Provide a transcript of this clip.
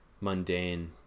mundane